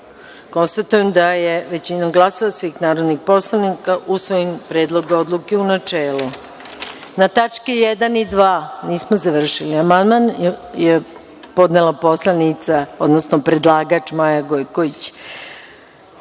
nema. Konstatujem da je većinom glasova svih narodnih poslanika usvojen Predlog odluke, u načelu. Na tačke 1. i 2. amandman je podnela poslanica, odnosno predlagač Maja Gojković. To